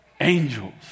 angels